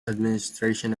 administration